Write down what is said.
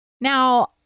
Now